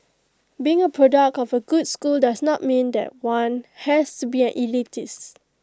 being A product of A good school does not mean that one has to be an elitist